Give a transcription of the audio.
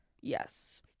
Yes